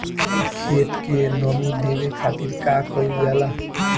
खेत के नामी देवे खातिर का कइल जाला?